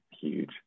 huge